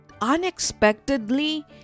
unexpectedly